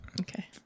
Okay